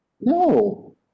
No